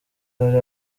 hari